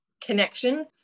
connection